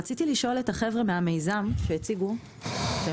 רציתי לשאול את החברים שהציגו את